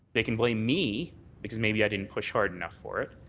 they can blame me because maybe i didn't push hard enough for it.